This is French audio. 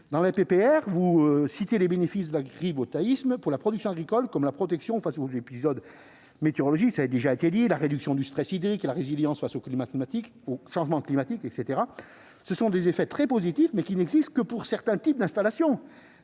résolution, vous citez les bénéfices de l'agrivoltaïsme pour la production agricole, comme la protection face aux épisodes météorologiques, la réduction du stress hydrique, la résilience face au changement climatique ... Ce sont des effets très positifs, mais qui n'existent que pour certains types d'installations,